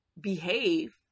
behave